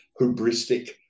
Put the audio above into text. hubristic